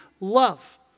Love